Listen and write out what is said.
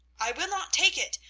i will not take it!